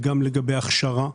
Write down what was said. וגם הכשרה.